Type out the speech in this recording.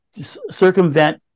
circumvent